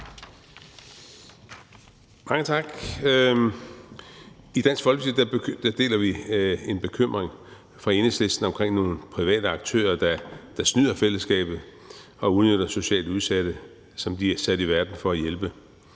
Mange tak. I Dansk Folkeparti deler vi bekymringen fra Enhedslisten over nogle private aktører, der snyder fællesskabet og udnytter socialt udsatte, som de er sat i verden for at hjælpe.